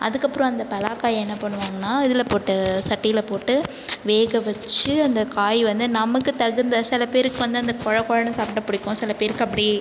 அதற்கப்பறோ அந்த பலாக்காயை என்ன பண்ணுவாங்கனா இதில் போட்டு சட்டியில போட்டு வேக வச்சி அந்த காய் வந்து நமக்கு தகுந்த சில பேருக்கு வந்து அந்த கொழ கொழன்னு சாப்பிட பிடிக்கும் சில பேருக்கு அப்படி